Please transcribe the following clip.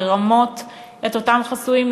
לרמות את אותם חסויים,